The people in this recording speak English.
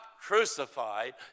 crucified